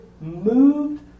moved